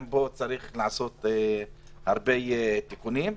גם פה צריך לעשות הרבה תיקונים.